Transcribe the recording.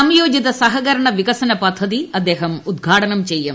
സംയോജിത സഹകരണ വികസന പദ്ധതി അദ്ദേഹം ഉദ്ഘാടനം ചെയ്യും